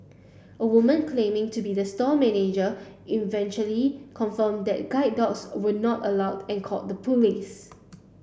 a woman claiming to be the store manager eventually confirmed that guide dogs were not allowed and called the police